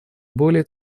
более